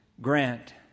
grant